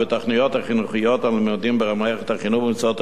החינוכיות הנלמדות במערכת החינוך במקצועות השונים.